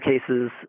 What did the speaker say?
cases